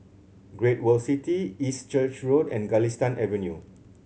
Great World City East Church Road and Galistan Avenue